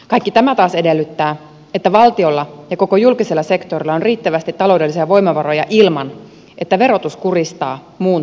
kaikki tämä taas edellyttää että valtiolla ja koko julkisella sektorilla on riittävästi taloudellisia voimavaroja ilman että verotus kuristaa muun talouden toiminnan